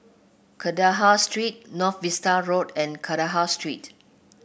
Kandahar Street North Vista Road and Kandahar Street